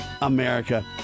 America